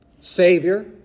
Savior